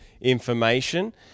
information